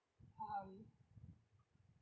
um